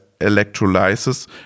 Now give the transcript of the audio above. electrolysis